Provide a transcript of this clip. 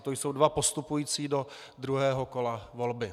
To jsou dva postupující do druhého kola volby.